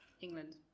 England